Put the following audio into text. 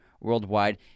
worldwide